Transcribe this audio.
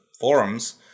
forums